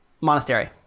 monastery